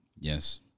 Yes